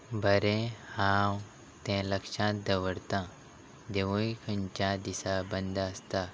बरें हांव तें लक्षांत दवरतां देवूळ खंयच्या दिसा बंद आसता